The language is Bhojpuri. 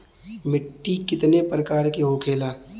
मिट्टी कितने प्रकार के होखेला?